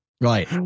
Right